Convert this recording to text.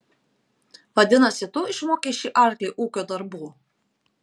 vadinasi tu išmokei šį arklį ūkio darbų